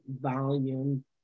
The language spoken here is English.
volume